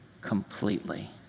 completely